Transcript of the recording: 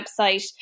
website